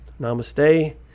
namaste